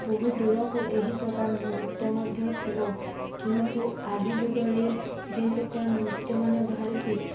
ବହୁ ଦୂରକୁ ଏହି ପ୍ରକାର ନୃତ୍ୟ ମଧ୍ୟ ଥିବ କିନ୍ତୁ ଆଜି ଯୁଗରେ ଯେଉଁ ପ୍ରକାର ନୃତ୍ୟମାନେ ବାହାରିଛି